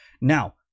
Now